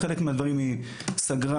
חלק מהדברים היא סגרה,